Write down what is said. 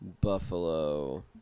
Buffalo